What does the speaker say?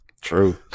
true